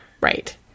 Right